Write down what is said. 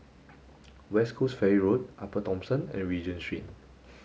West Coast Ferry Road Upper Thomson and Regent Street